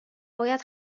باید